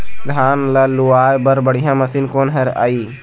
धान ला लुआय बर बढ़िया मशीन कोन हर आइ?